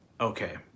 Okay